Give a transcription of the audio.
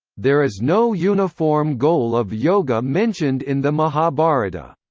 there is no uniform goal of yoga mentioned in the mahabharata.